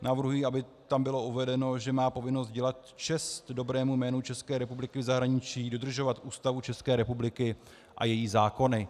Navrhuji, aby tam bylo uvedeno, že má povinnost dělat čest dobrému jménu České republiky v zahraničí, dodržovat Ústavu České republiky a její zákony.